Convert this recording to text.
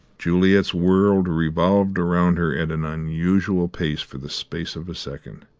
juliet's world revolved around her at an unusual pace for the space of a second.